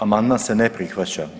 Amandman se ne prihvaća.